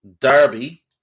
Derby